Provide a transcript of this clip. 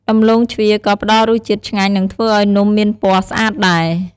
ដំឡូងជ្វាក៏ផ្តល់រសជាតិឆ្ងាញ់ និងធ្វើឱ្យនំមានពណ៌ស្អាតដែរ។